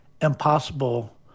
impossible